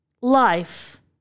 life